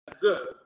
good